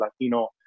Latino